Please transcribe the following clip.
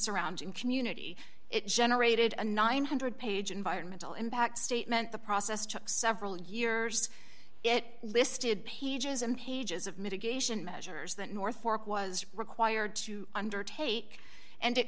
surrounding community it generated a nine hundred dollars page environmental impact statement the process took several years it listed pages and pages of mitigation measures that north fork was required to undertake and